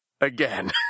again